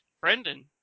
Brendan